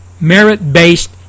merit-based